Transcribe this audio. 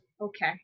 Okay